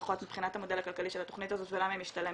לפחות מבחינת המודל הכלכלי של התכנית הזאת ולמה היא משתלמת.